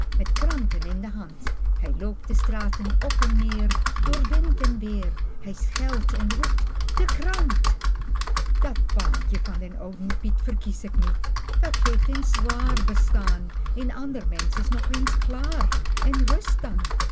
met kranten in de hand hij loopt de straten op en neer door wind en weer hij schelt en roept de krant dat baantje van den ouden piet verkies ik niet dat geeft een zwaar bestaan een ander mensch is nog eens klaar en